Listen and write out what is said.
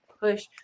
push